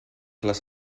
les